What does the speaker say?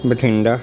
Bathinda